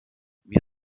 wir